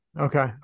Okay